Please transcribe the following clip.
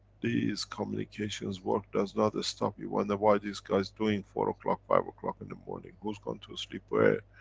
these communications, work, does not stop you, wonder why, these guys doing four o'clock, five o'clock in the morning, who's going to sleep where,